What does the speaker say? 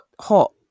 hot